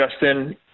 Justin